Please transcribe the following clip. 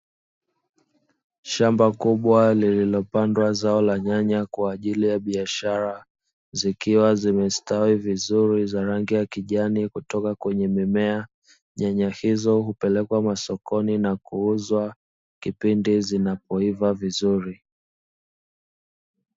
Shamba kubwa lililopandwa zao la nyanya kwa ajili ya biashara, zikiwa zimestawi vizuri za rangi ya kijani kutoka kwenye mimea. Nyanya hizo hupelekwa masokoni na kuuzwa kipindi zinapoiva vizuri.